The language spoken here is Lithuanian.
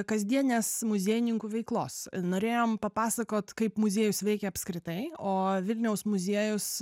kasdienės muziejininkų veiklos norėjom papasakot kaip muziejus veikia apskritai o vilniaus muziejus